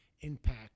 impact